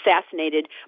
assassinated